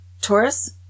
Taurus